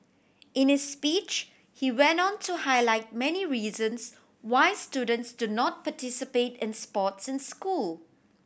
in his speech he went on to highlight many reasons why students do not participate in sports in school